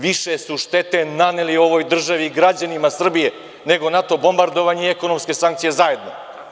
Više su štete naneli ovoj državi, građanima Srbije, nego NATO bombardovanje i ekonomske sankcije zajedno.